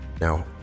Now